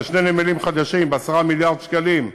של שני נמלים חדשים ב-10 מיליארד שקלים,